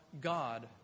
God